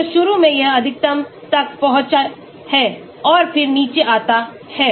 तो शुरू में यह अधिकतम तक पहुँचता है और फिर नीचे आता है